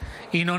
ינון